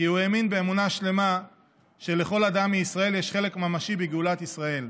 כי הוא האמין באמונה שלמה שלכל אדם מישראל יש חלק ממשי בגאולת ישראל.